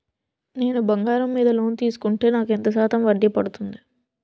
నేను బంగారం మీద లోన్ తీసుకుంటే నాకు ఎంత శాతం వడ్డీ పడుతుంది?